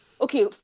okay